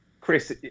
Chris